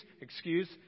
excuse